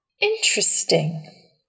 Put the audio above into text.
Interesting